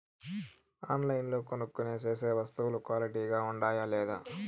ఆన్లైన్లో కొనుక్కొనే సేసే వస్తువులు క్వాలిటీ గా ఉండాయా లేదా?